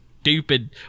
stupid